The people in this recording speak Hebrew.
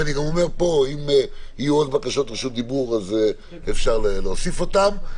ואני גם אומר פה: אם יהיו עוד בקשות או רשות דיבור אז אפשר להוסיף אותם.